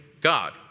God